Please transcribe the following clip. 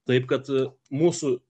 taip kad mūsų